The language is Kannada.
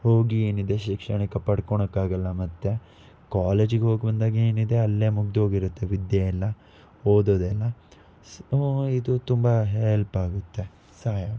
ಹೋಗಿ ಏನಿದೆ ಶೈಕ್ಷಣಿಕ ಪಡ್ಕೊಳಕ್ಕಾಗಲ್ಲ ಮತ್ತು ಕಾಲೇಜಿಗೆ ಹೋಗು ಅಂದಾಗ ಏನಿದೆ ಅಲ್ಲೇ ಮುಗಿದೋಗಿರುತ್ತೆ ವಿದ್ಯೆ ಎಲ್ಲ ಓದೋದೆಲ್ಲ ಸ್ ಇದು ತುಂಬ ಹೆಲ್ಪಾಗುತ್ತೆ ಸಹಾಯಾಗುತ್ತೆ